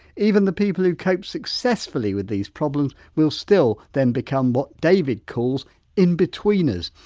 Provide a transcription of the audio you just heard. even the people who cope successfully with these problems will still then become what david calls inbetweeners,